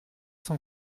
cent